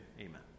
Amen